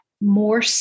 more